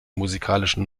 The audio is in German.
musikalischen